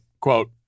quote